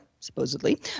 supposedly